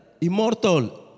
immortal